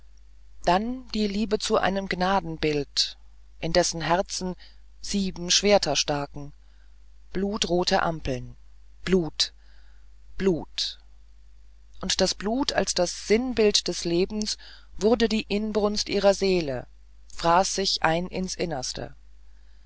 dann die liebe zu einem gnadenbild in dessen herzen sieben schwerter staken blutrote ampeln blut blut und das blut als das sinnbild des lebens wurde die inbrunst ihrer seele fraß sich ein ins innerste